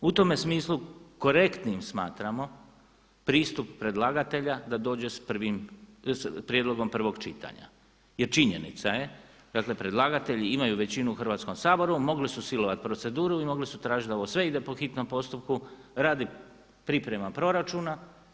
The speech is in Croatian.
U tome smislu korektnim smatramo pristup predlagatelja da dođe s prijedlogom prvog čitanja, jer činjenica je, dakle predlagatelji imaju većinu u Hrvatskom saboru, mogli su silovat proceduru i mogli su tražiti da ovo sve ide po hitnom postupku radi priprema proračuna.